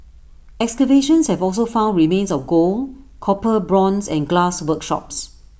excavations have also found remains of gold copper bronze and glass workshops